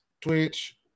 Twitch